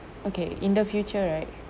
okay in the future right